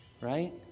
right